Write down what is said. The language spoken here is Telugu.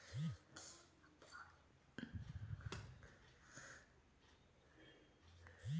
ఎలాంటి లెక్క విలువ రాయని దాన్ని ఇలానే పిలుత్తారు